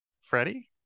freddie